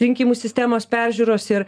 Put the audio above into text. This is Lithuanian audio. rinkimų sistemos peržiūros ir